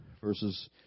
verses